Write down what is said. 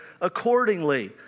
accordingly